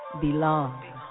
belong